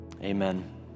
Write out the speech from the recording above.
Amen